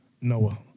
Noah